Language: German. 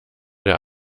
der